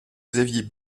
xavier